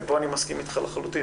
ופה אני מסכים איתך לחלוטין,